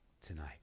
tonight